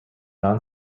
non